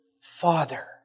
Father